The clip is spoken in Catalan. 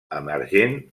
emergent